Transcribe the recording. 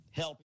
help